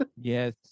Yes